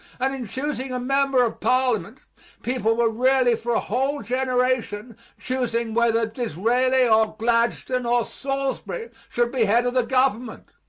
and in choosing a member of parliament people were really for a whole generation choosing whether disraeli or gladstone or salisbury should be head of the government.